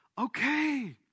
okay